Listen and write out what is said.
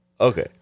Okay